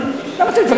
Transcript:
למה אתה מתווכח?